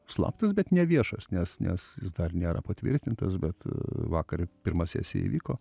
slaptas bet neviešas nes nes jis dar nėra patvirtintas bet vakar pirma sesija įvyko